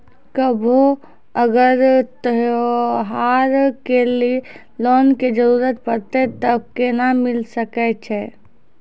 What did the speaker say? कभो अगर त्योहार के लिए लोन के जरूरत परतै तऽ केना मिल सकै छै?